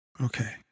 Okay